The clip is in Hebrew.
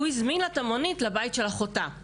הוא הזמין לה את המונית לבית של אחותה.